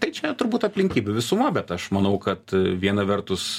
tai čia turbūt aplinkybių visuma bet aš manau kad viena vertus